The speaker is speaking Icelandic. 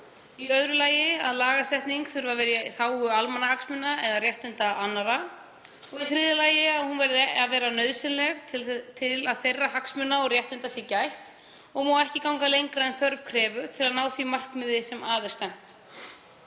Í öðru lagi að lagasetning þurfi að vera í þágu almannahagsmuna eða réttinda annarra. Í þriðja lagi að hún verði að vera nauðsynleg til að þeirra hagsmuna og réttinda sé gætt og má ekki ganga lengra en þörf krefur til að ná því markmiði sem að er stefnt.